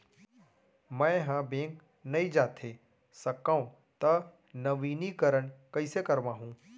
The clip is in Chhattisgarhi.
मैं ह बैंक नई जाथे सकंव त नवीनीकरण कइसे करवाहू?